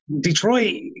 Detroit